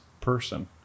person